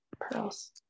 pearls